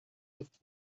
ist